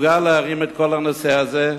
מסוגל להרים את כל הנושא הזה.